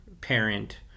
parent